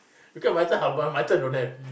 because myself I'll buy myself don't have